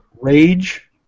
rage